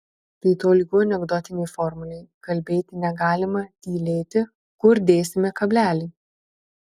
tai tolygu anekdotinei formulei kalbėti negalima tylėti kur dėsime kablelį